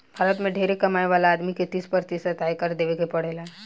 भारत में ढेरे कमाए वाला आदमी के तीस प्रतिशत आयकर देवे के पड़ेला